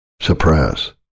suppress